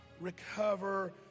recover